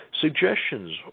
suggestions